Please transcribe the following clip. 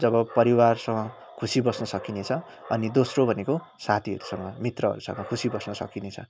जब परिवारसँग खुसी बस्न सकिनेछ अनि दोस्रो भनेको साथीहरूसँग मित्रहरूसँग खुसी बस्न सकिनेछ